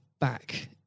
back